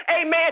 amen